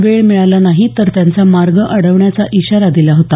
वेळ मिळाला नाही तर त्यांचा मार्ग अडवण्याचा इशारा दिला होता